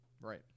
right